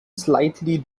slightly